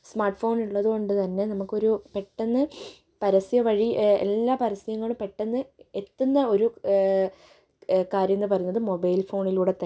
smart ഫോണുള്ളത് കൊണ്ട് തന്നെ നമുക്കൊരു പെട്ടെന്ന് പരസ്യം വഴി എല്ലാ പരസ്യങ്ങളും പെട്ടെന്ന് എത്തുന്ന ഒരു കാര്യം എന്നുപറയുന്നത് മൊബൈൽ ഫോണിലൂടെത്തന്നെയാണ്